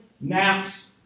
naps